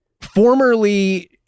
formerly